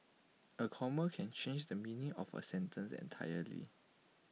A comma can change the meaning of A sentence entirely